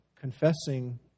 confessing